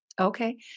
okay